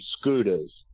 scooters